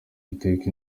iteka